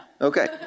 Okay